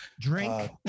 Drink